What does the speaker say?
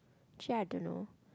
actually I don't know